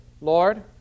Lord